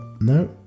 No